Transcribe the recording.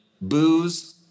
booze